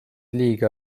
liiga